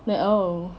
well